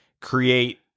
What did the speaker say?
create